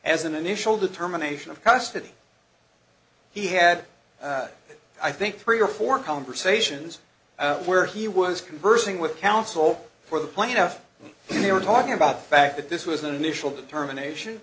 as an initial determination of custody he had i think three or four conversations where he was conversing with counsel for the plaintiff when they were talking about the fact that this was an initial determination